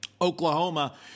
Oklahoma